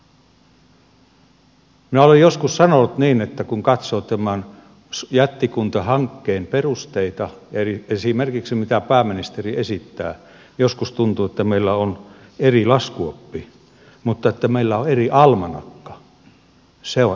minä olen joskus sanonut niin että kun katsoo tämän jättikuntahankkeen perusteita esimerkiksi mitä pääministeri esittää joskus tuntuu että meillä on eri laskuoppi mutta että meillä on eri almanakka se on erikoinen asia